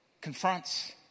confronts